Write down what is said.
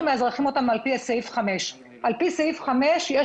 אנחנו מאזרחים אותם על פי סעיף 5. על פי סעיף 5 יש